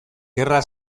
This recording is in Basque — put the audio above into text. gerra